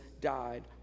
died